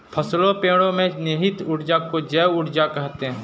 फसलों पेड़ो में निहित ऊर्जा को जैव ऊर्जा कहते हैं